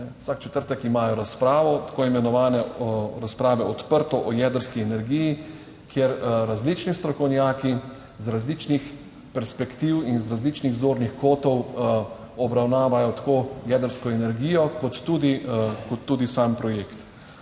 vsak četrtek imajo razpravo, tako imenovane razprave odprto, o jedrski energiji, kjer različni strokovnjaki z različnih perspektiv in z različnih zornih kotov obravnavajo tako jedrsko energijo kot tudi, kot